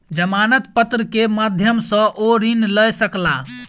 जमानत पत्र के माध्यम सॅ ओ ऋण लय सकला